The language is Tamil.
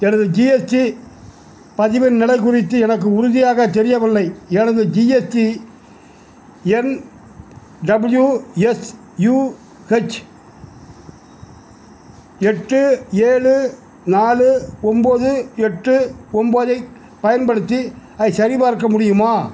எனது ஜிஎஸ்டி பதிவு நிலைக் குறித்து எனக்கு உறுதியாக தெரியவில்லை எனது ஜிஎஸ்டிஎன் டபிள்யூஎஸ்யுஹெச் எட்டு ஏழு நாலு ஒம்பது எட்டு ஒம்பதைப் பயன்படுத்தி அதைச் சரிபார்க்க முடியுமா